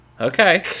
okay